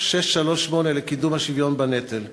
638 לקידום השוויון בנטל.